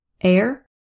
air